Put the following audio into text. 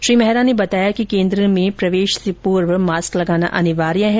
श्री मेहरा ने बताया कि केंद्र में प्रवेश से पूर्व मास्क लगाना अनिवार्य है